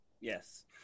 Yes